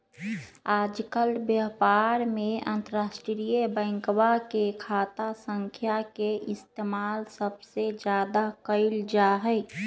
आजकल व्यापार में अंतर्राष्ट्रीय बैंकवा के खाता संख्या के इस्तेमाल सबसे ज्यादा कइल जाहई